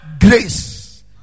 grace